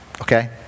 okay